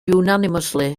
unanimously